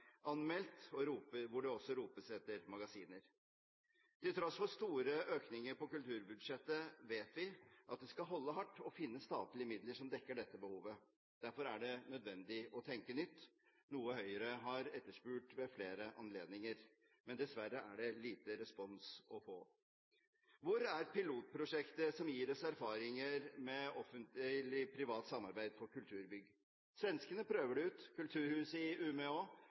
anmeldt, hvor det også ropes etter magasiner. Til tross for store økninger på kulturbudsjettet vet vi at det skal holde hardt å finne statlige midler som dekker dette behovet. Derfor er det nødvendig å tenke nytt, noe Høyre har etterspurt ved flere anledninger, men dessverre er det lite respons å få. Hvor er pilotprosjektet som gir oss erfaringer med Offentlig Privat Samarbeid for kulturbygg? Svenskene prøver det ut, med kulturhuset i